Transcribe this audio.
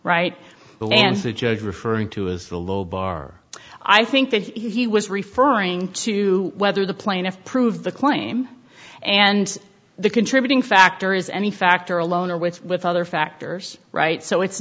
right the judge referring to is the low bar i think that he was referring to whether the plaintiffs prove the claim and the contributing factor is any factor alone or with with other factors right so it's